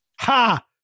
Ha